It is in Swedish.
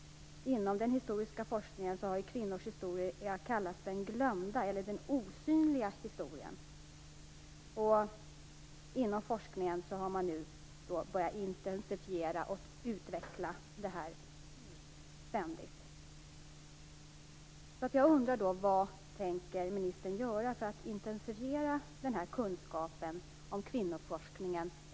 Inom den historiska forskningen kallas kvinnors historia för den glömda eller den osynliga historien. Inom forskningen har man nu börjat intensifiera detta arbete och det är en ständig utveckling.